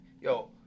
yo